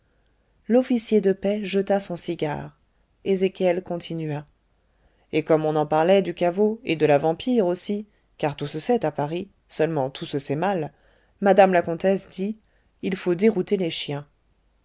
l'officier de paix jeta son cigare ezéchiel continua et comme on en parlait du caveau et de la vampire aussi car tout se sait à paris seulement tout se sait mal mme la comtesse dit il faut dérouter les chiens